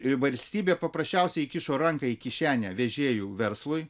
ir valstybė paprasčiausiai įkišo ranką į kišenę vežėjų verslui